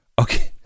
Okay